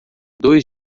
dois